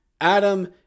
Adam